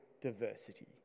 diversity